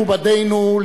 מכובדינו,